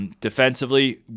Defensively